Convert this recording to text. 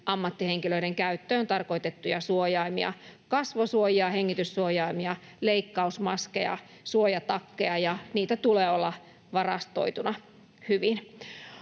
ammattihenkilöiden käyttöön tarkoitettuja suojaimia — kasvosuojia, hengityssuojaimia, leikkausmaskeja, suojatakkeja — ja niitä tulee olla varastoituna hyvin.